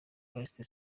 callixte